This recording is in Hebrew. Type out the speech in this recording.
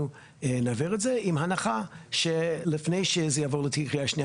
נעביר את זה עם ההנחה שלפני שזה יעבור בקריאה השנייה